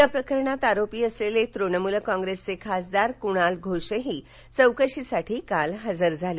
या प्रकारणात आरोपी असलेले तृणमूल कॉंग्रेसचे खासदार कुणाल घोषही चौकशीसाठी काल हजर झाले